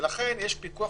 לכן יש פיקוח